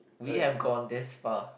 we have gone this part